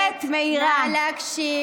רכבות בשדרות, בנתיבות, חברי הכנסת, נא להקשיב.